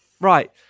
Right